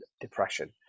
depression